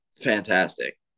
fantastic